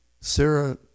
Sarah